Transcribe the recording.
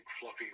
fluffy